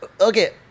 Okay